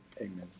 Amen